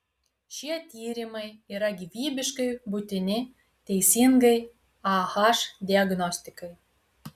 šie tyrimai yra gyvybiškai būtini teisingai ah diagnostikai